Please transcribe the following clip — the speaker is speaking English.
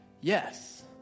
Yes